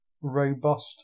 Robust